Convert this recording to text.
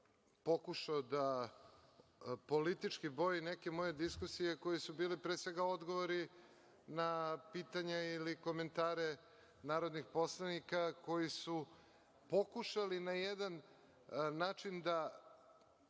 pokušao da politički boji neke moje diskusije koje su bile pre svega odgovori na pitanje ili komentare narodnih poslanika koji su pokušali na jedan način da